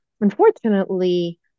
unfortunately